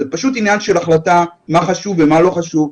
זה פשוט עניין של החלטה מה חשוב ומה לא חשוב.